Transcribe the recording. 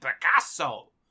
Picasso